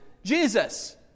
jesus